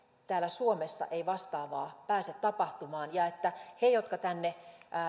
täällä suomessa ei vastaavaa pääse tapahtumaan ja että he jotka tänne